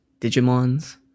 Digimons